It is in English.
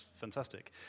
fantastic